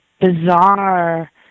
bizarre